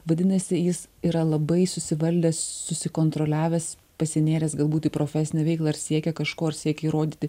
vadinasi jis yra labai susivaldęs susikontroliavęs pasinėręs galbūt į profesinę veiklą ir siekia kažko ir siekia įrodyti